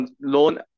loan